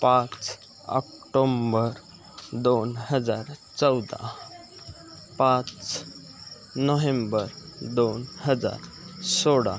पाच आक्टोंबर दोन हजार चौदा पाच नोहेंबर दोन हजार सोळा